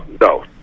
no